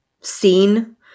seen